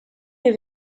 les